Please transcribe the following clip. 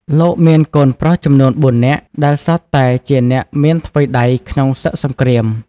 លោកមានកូនប្រុសចំនួន ៤ នាក់ ដែលសុទ្ធតែជាអ្នកមានថ្វីដៃក្នុងសឹកសង្គ្រាម។